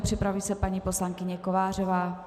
Připraví se paní poslankyně Kovářová.